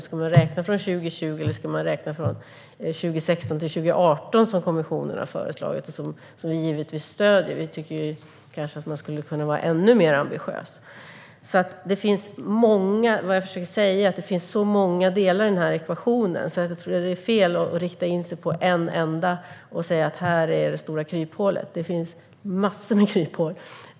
Ska man räkna från 2020 eller från 2016 till 2018, som kommissionen har föreslagit och som vi givetvis stöder? Vi tycker kanske att man skulle kunna vara ännu ambitiösare. Vad jag försöker säga är att det finns många delar i den här ekvationen. Jag tror att det är fel att försöka rikta in sig på en enda och säga att den är det stora kryphålet. Det finns massor med kryphål.